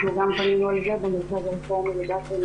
אנחנו גם פנינו על זה במרכז הרפורמי לדת ומדינה.